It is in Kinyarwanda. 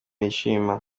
yishima